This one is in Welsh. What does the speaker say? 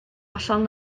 hollol